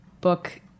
book